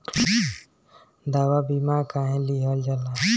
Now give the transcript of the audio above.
दवा बीमा काहे लियल जाला?